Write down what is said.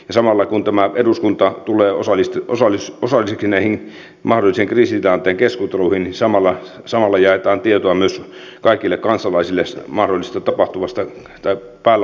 samalla kun eduskunta tulee osalliseksi näihin mahdollisiin kriisitilanteen keskusteluihin jaetaan tietoa myös kaikille kansalaisille mahdollisesta tapahtuvasta tai päällä olevasta kriisistä